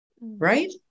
right